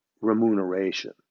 remuneration